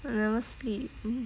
I never sleep mmhmm